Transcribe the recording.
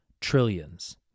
Trillions